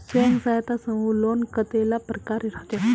स्वयं सहायता समूह लोन कतेला प्रकारेर होचे?